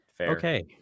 okay